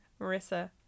marissa